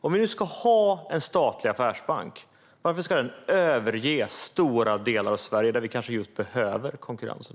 Om vi nu ska ha en statlig affärsbank, varför ska den överge stora delar av Sverige där vi behöver konkurrensen?